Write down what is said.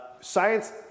science